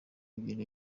ibintu